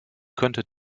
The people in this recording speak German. könnte